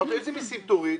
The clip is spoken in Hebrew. שאלתי אותו איזה מסים הוא יורד?